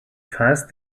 fast